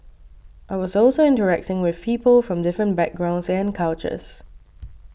I was also interacting with people from different backgrounds and cultures